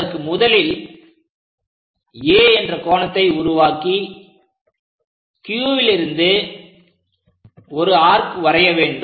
அதற்கு முதலில் A என்ற கோணத்தை உருவாக்கி Qலிருந்து ஒரு ஆர்க் வரைய வேண்டும்